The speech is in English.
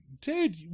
dude